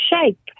shape